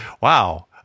wow